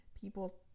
people